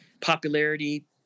popularity